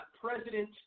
President